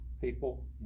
People